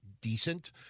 decent